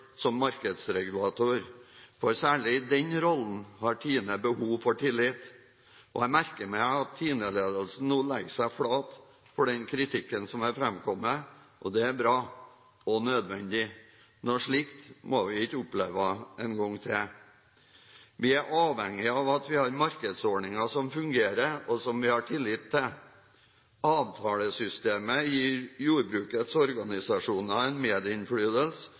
som markedsregulator, for særlig i den rollen har Tine behov for tillit. Jeg merker meg at Tine-ledelsen nå legger seg flat for den kritikken som er framkommet. Det er bra og nødvendig. Noe slikt må vi ikke oppleve en gang til. Vi er avhengig av at vi har markedsordninger som fungerer, og som vi har tillit til. Avtalesystemet gir jordbrukets organisasjoner en